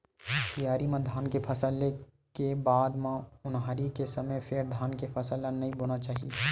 सियारी म धान के फसल ले के बाद म ओन्हारी के समे फेर धान के फसल नइ बोना चाही